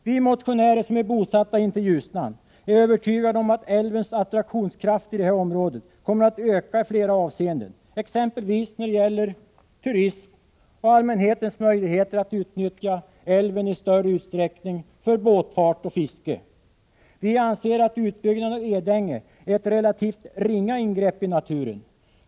Vi motionärer, som är bosatta intill Ljusnan, är övertygade om att älvens attraktionskraft i det här området kommer att öka i flera avseenden, exempelvis när det gäller turism och allmänhetens möjligheter att utnyttja älven i större utsträckning för båtfart och fiske. Vi anser att utbyggnaden av Edänge är ett relativt ringa ingrepp i naturen.